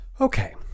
Okay